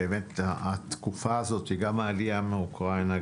באמת התקופה הזו של העלייה מאוקראינה,